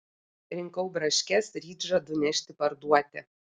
rinkau braškes ryt žadu nešti parduoti